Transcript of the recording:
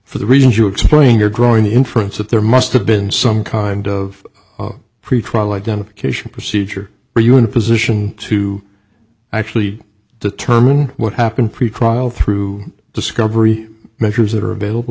for the reasons you explain you're growing the inference that there must have been some kind of pretrial identification procedure where you are in a position to actually determine what happened pretrial through discovery measures that are available